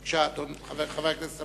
בבקשה, חבר הכנסת אמסלם.